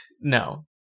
No